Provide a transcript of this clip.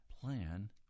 plan